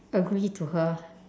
agree to her